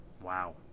wow